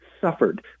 suffered